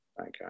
Okay